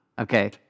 Okay